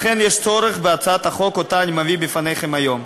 לכן יש צורך בהצעת החוק שאני מביא בפניכם היום.